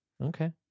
Okay